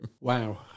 Wow